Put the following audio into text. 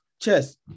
Chess